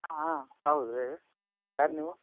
ಹಾಂ ಹಾಂ ಹೌದು ಹೇಳಿ ಯಾರು ನೀವು